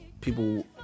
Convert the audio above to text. people